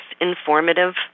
informative